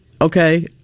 Okay